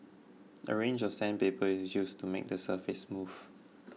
a range of sandpaper is used to make the surface smooth